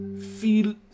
feel